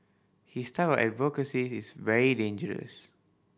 his type of advocacy is very dangerous